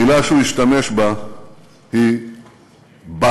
המילה שהוא השתמש בה היא "באסטה",